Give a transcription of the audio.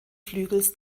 flügels